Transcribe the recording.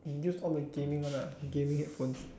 you use all the gaming one ah gaming headphones